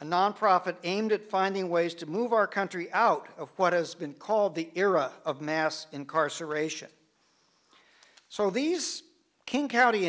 a nonprofit aimed at finding ways to move our country out of what has been called the era of mass incarceration so these king county